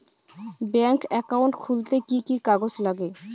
Bank account খুলতে কি কি কাগজ লাগে?